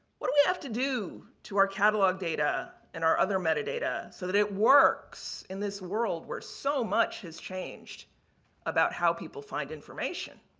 what do we have to do to our catalog data and our other metadata so that it works in this world where so much has changed about how people find information?